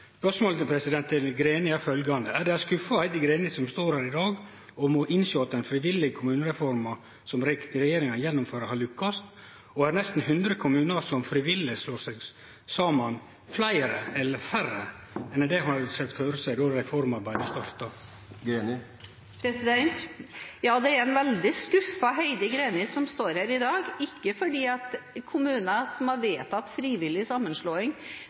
Spørsmålet til Greni er: Er det ei skuffa Heidi Greni som står her i dag? Må ho innsjå at den frivillige kommunereforma som regjeringa gjennomfører, har lukkast? Og er nesten 100 kommunar som frivillig slår seg saman, fleire eller færre enn det ho hadde sett føre seg då reforma blei starta? Ja, det er en veldig skuffet Heidi Greni som står her i dag – ikke fordi kommuner som har vedtatt frivillig